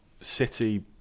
City